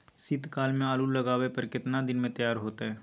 शीत काल में आलू लगाबय पर केतना दीन में तैयार होतै?